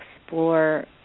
explore